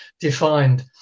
defined